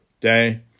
day